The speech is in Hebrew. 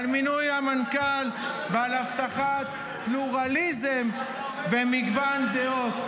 למינוי המנכ"ל ולהבטחת פלורליזם ומגוון הדעות.